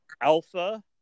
Alpha